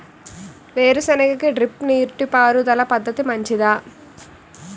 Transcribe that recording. వేరుసెనగ కి డ్రిప్ నీటిపారుదల పద్ధతి మంచిదా?